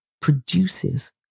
produces